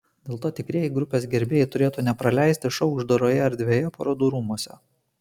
dėl to tikrieji grupės gerbėjai turėtų nepraleisti šou uždaroje erdvėje parodų rūmuose